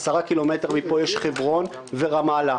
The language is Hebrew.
עשרה קילומטרים מפה נמצאות חברון ורמאללה.